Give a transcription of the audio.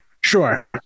Sure